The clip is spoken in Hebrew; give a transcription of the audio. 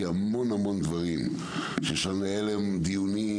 כי יש המון המון דברים שאפשר לנהל עליהם דיונים,